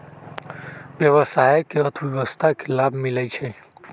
व्यवसाय से अर्थव्यवस्था के लाभ मिलइ छइ